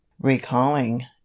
recalling